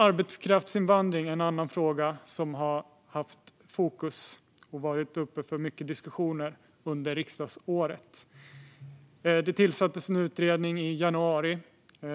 Arbetskraftsinvandring är en annan fråga som har varit i fokus och som många diskussioner har handlat om under riksdagsåret. Det tillsattes en utredning i januari.